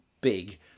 big